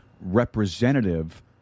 representative